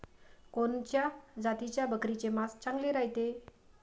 कोनच्या जातीच्या बकरीचे मांस चांगले रायते?